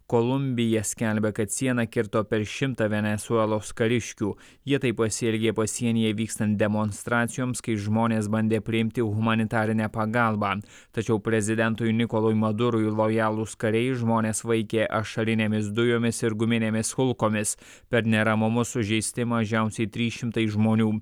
kolumbija skelbia kad sieną kirto per šimtą venesuelos kariškių jie taip pasielgė pasienyje vykstant demonstracijoms kai žmonės bandė priimti humanitarinę pagalbą tačiau prezidentui nikolui madurui lojalūs kariai žmones vaikė ašarinėmis dujomis ir guminėmis kulkomis per neramumus sužeisti mažiausiai trys šimtai žmonių